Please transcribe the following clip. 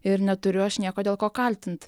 ir neturiu aš nieko dėl ko kaltint